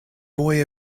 boy